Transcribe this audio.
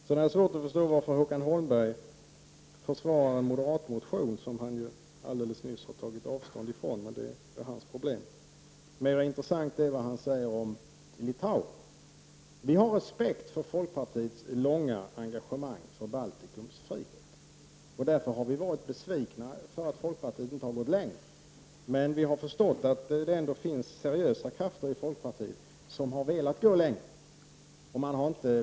Jag har svårt att förstå varför Håkan Holmberg försvarar moderatmotionen som han alldeles nyss tagit avstånd från, men det är ju hans problem. Det intressanta var att höra vad han hade att säga om Litauen. Vi har respekt för folkpartiets långa engagemang för Baltikums frihet. Därför har vi varit besvikna för att folkpartiet inte har gått längre. Men vi har också förstått att det ändå finns seriösa krafter i folkpartiet som har velat gå längre.